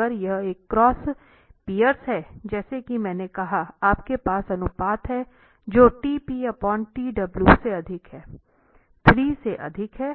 और अगर यह एक क्रॉस पियर्स है जैसा कि मैंने कहा आपके पास अनुपात है जो t p t w से अधिक है3 से अधिक है